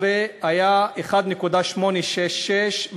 נכון מה שאתה אומר, לא.